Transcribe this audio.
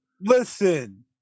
listen